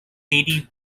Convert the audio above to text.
katie